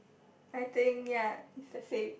I think ya is the same